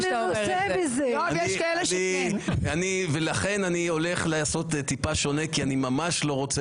לכן אני הולך לעשות טיפה שונה כי אני ממש לא רוצה